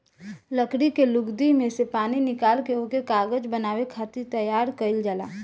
लकड़ी के लुगदी में से पानी निकाल के ओके कागज बनावे खातिर तैयार कइल जाला